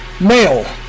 Male